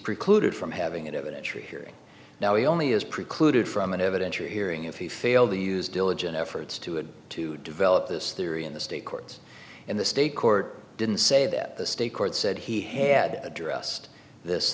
precluded from having an evidentiary hearing now he only is precluded from an evidentiary hearing if he failed to use diligent efforts to it to develop this theory in the state courts in the state court didn't say that the state court said he had addressed this